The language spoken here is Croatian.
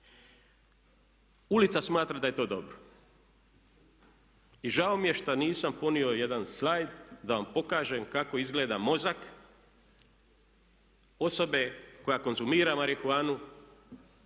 Ulica smatra da je to dobro. I žao mi je što nisam ponio jedan slajd da vam pokažem kako izgleda mozak osobe koja konzumira marihuanu